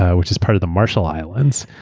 which is part of the marshall islands.